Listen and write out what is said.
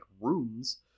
rooms